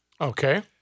Okay